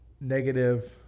negative